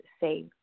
say